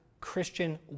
Christian